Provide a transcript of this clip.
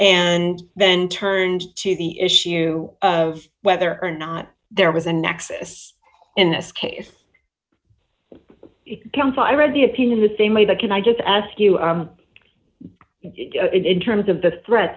and then turned to the issue of whether or not there was a nexus in this case camp i read the opinion the same way that can i just ask you in terms of the threat